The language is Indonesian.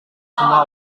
semua